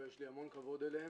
ויש לי המון כבוד אליהם,